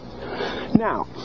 Now